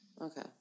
Okay